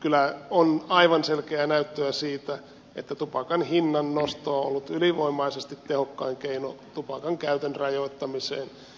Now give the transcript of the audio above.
kyllä on aivan selkeää näyttöä siitä että tupakan hinnan nosto on ollut ylivoimaisesti tehokkain keino tupakan käytön rajoittamiseen